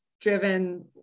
driven